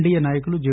DA నాయకులు J